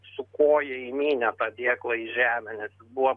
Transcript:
su koja įmynė tą dėklą į žemę nes jis buvo